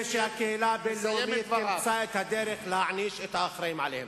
שהקהילה הבין-לאומית תמצא את הדרך להעניש את האחראים עליהם.